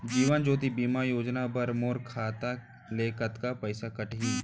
जीवन ज्योति बीमा योजना बर मोर खाता ले कतका पइसा कटही?